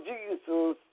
Jesus